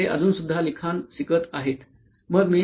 ते अजूनसुद्धा लिखाण शिकत आहेत